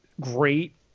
great